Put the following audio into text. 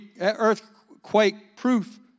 earthquake-proof